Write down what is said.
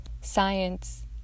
science